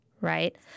right